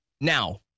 Now